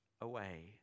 away